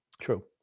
true